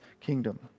kingdom